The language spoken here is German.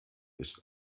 ist